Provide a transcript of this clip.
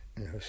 Yes